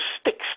sticks